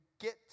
get